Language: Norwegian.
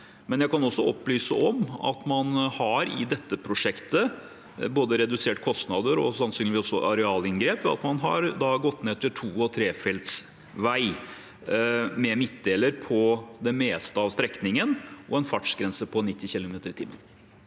gir. Jeg kan også opplyse om at man i dette prosjektet har redusert både kostnader og sannsynligvis også arealinngrep ved at man har gått ned til to- og trefeltsvei med midtdeler på det meste av strekningen og en fartsgrense på 90 km/t.